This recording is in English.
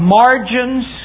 margins